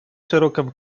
широком